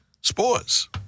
sports